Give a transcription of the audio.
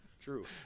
True